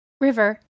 River